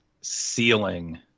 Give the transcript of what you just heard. ceiling